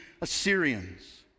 Assyrians